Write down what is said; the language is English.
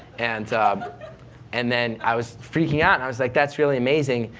and and then i was freaking out, and i was like, that's really amazing.